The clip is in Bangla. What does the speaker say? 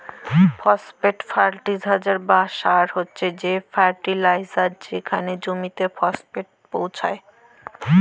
ফসফেট ফার্টিলাইজার বা সার হছে সে ফার্টিলাইজার যেটতে জমিতে ফসফেট পোঁছায়